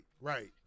right